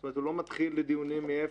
זאת אומרת, הוא לא מתחיל דיונים מאפס.